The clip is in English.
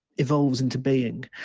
evolves into being,